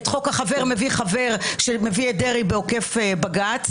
את חוק החבר מביא חבר שמביא את דרעי בעוקף בג"ץ